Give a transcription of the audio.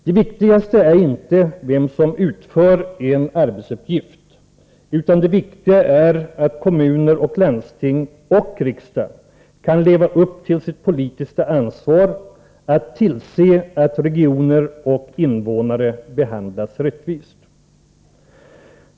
Det viktigaste är inte vem som utför en arbetsuppgift — det viktiga är att kommuner och landsting och riksdag kan leva upp till sitt politiska ansvar att tillse att regioner och invånare behandlas rättvist.